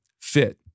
fit